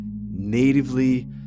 natively